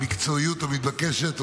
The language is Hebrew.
ובמקצועיות המתבקשת.